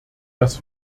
dass